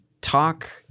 talk